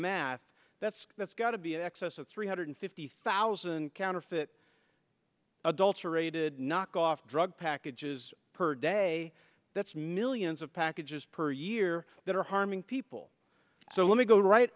math that's that's got to be in excess of three hundred fifty thousand counterfeit adulterated knockoff drug packages per day that's millions of packages per year that are harming people so let me go right